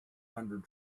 hundred